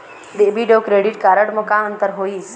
Debit अऊ credit card म का अंतर होइस?